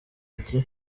ati